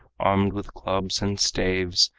armed with clubs and staves,